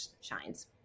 shines